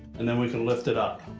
and then we can lift it up.